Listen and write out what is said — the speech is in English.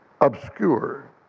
obscure